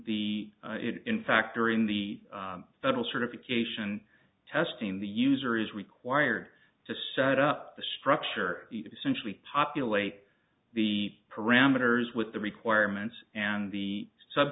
the it in fact during the federal certification testing the user is required to set up the structure essentially populate the parameters with the requirements and the sub